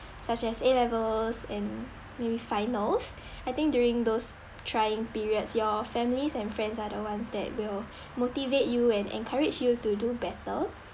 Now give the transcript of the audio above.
such as A levels and maybe finals I think during those trying periods your families and friends are the ones that will motivate you and encourage you to do better